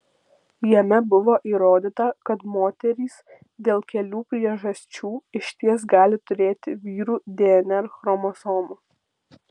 jame buvo įrodyta kad moterys dėl kelių priežasčių išties gali turėti vyrų dnr chromosomų